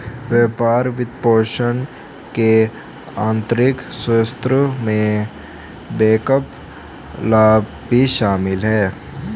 व्यापार वित्तपोषण के आंतरिक स्रोतों में बैकअप लाभ भी शामिल हैं